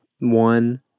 One